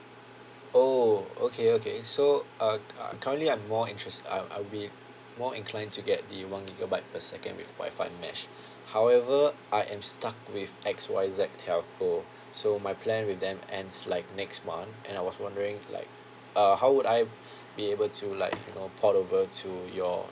oh okay okay so uh uh currently I'm more interest uh I'll be more inclined to get the one gigabyte per second with wifi mesh however I am stuck with X Y Z telco so my plan with them ends like next month and I was wondering like uh how would I be able to like you know port over to your